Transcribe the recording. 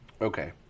Okay